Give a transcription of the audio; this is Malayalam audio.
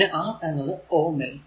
പിന്നെ R എന്നത് Ω ൽ